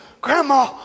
Grandma